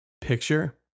picture